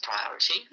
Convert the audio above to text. priority